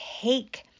take